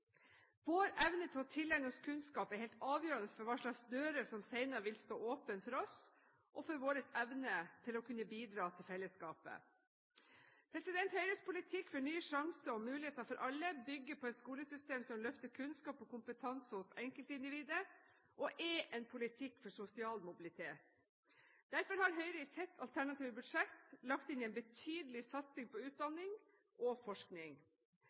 Vår evne til å tilegne oss kunnskap er helt avgjørende for hvilke dører som senere vil stå åpne for oss, og for vår evne til å kunne bidra til fellesskapet. Høyres politikk for en ny sjanse og muligheter for alle bygger på et skolesystem som løfter kunnskap og kompetanse hos enkeltindividet, og er en politikk for sosial mobilitet. Derfor har Høyre i sitt alternative budsjett lagt inn en betydelig satsing på utdanning og forskning.